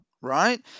right